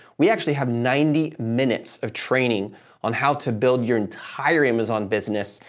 we actually have ninety minutes of training on how to build your entire amazon business,